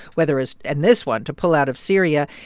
whether it and this one, to pull out of syria.